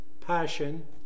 passion